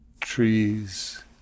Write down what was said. trees